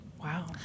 wow